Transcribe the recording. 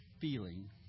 feeling